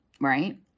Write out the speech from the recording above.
right